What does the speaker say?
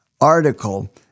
article